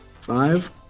Five